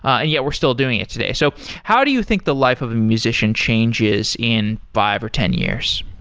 and yeah, we're still doing it today. so how do you think the life of a musician changes in five or ten years?